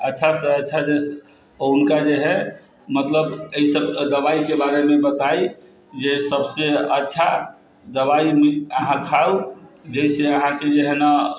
अच्छासँ अच्छा जे हुनका जे है मतलब ऐसे दबाइके बारेमे बताइ जे सबसँ अच्छा दबाइ मिलै अहाँ खाउ जैसे अहाँके जे है ने